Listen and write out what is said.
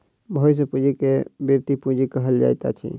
भविष्य पूंजी के वृति पूंजी कहल जाइत अछि